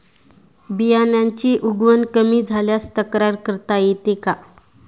बियाण्यांची उगवण कमी झाल्यास तक्रार करता येते का?